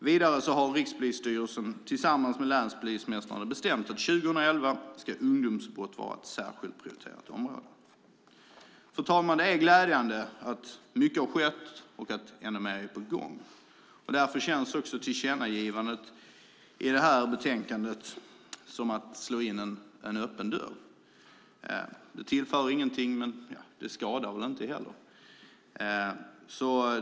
Vidare har Rikspolisstyrelsen tillsammans med länspolismästarna bestämt att 2011 ska ungdomsbrott vara ett särskilt prioriterat område. Fru talman! Det är glädjande att mycket har skett och att ännu mer är på gång. Därför känns tillkännagivandet i det här betänkandet som att slå in en öppen dörr. Det tillför ingenting, men det skadar väl inte heller.